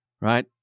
right